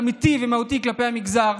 אבן דרך לשינוי אמיתי ומהותי כלפי המגזר,